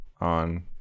on